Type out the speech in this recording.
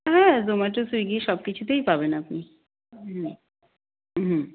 হ্যাঁ জোম্যাটো সুইগি সব কিছুতেই পাবেন আপনি হুম হুম